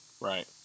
Right